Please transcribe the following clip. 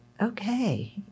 okay